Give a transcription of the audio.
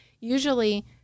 Usually